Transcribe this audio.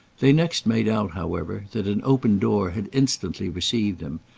they next made out, however, that an open door had instantly received him,